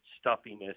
stuffiness